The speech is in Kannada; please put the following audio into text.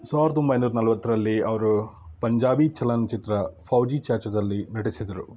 ಸಾವಿರದ ಒಂಬೈನೂರ ನಲವತ್ತರಲ್ಲಿ ಅವರು ಪಂಜಾಬಿ ಚಲನಚಿತ್ರ ಫೌಜಿ ಚಾಚಾದಲ್ಲಿ ನಟಿಸಿದರು